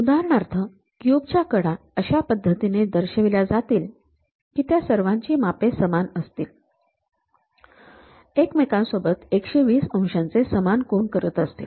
उदाहरणार्थ क्यूब च्या कडा अशा पद्धतीने दर्शविल्या जातील की त्या सर्वांची मापे समान असतील एकमेकांसोबत १२० अंशांचे समान कोन करत असतील